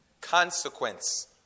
Consequence